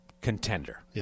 contender